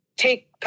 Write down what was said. take